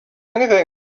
anything